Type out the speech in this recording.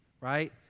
right